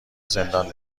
زندان